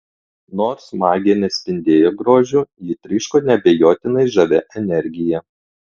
nors magė nespindėjo grožiu ji tryško neabejotinai žavia energija